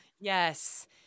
Yes